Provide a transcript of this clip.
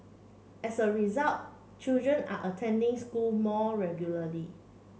as a result children are attending school more regularly